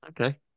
Okay